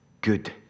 Good